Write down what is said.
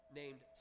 named